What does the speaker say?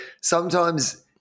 sometimes-